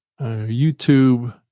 YouTube